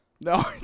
No